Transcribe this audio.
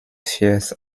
fierce